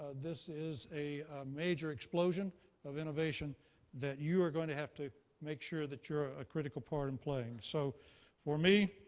this is a major explosion of innovation that you are going to have to make sure that you're a critical part in playing. so for me,